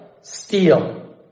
steal